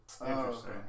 Interesting